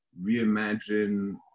reimagine